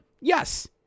Yes